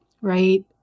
right